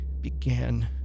began